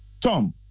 Tom